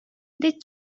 they